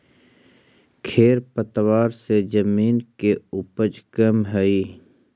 खेर पतवार से जमीन के उपज कमऽ हई